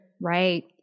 Right